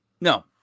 No